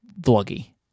vloggy